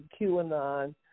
QAnon